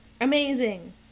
amazing